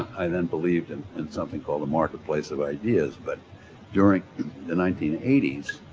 i then believed and in something called the marketplace of ideas, but during the nineteen eighty s